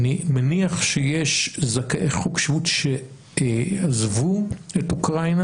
אני מניח שיש זכאי חוק שבות שעזבו את אוקראינה